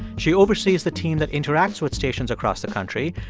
she oversees the team that interacts with stations across the country,